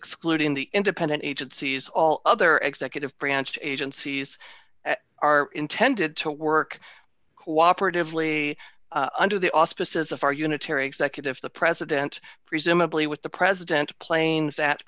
excluding the independent agencies all other executive branch agencies are intended to work cooperatively under the auspices of our unitary executive the president presumably with the president planes that